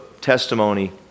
testimony